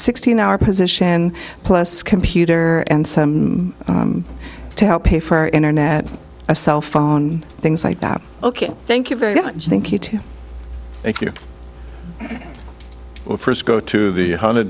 sixteen hour position plus computer and some to help pay for our internet a cell phone things like that ok thank you very much thank you thank you i will first go to the honda